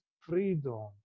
freedom